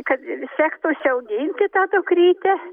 kad sektųsi auginti tą dukrytę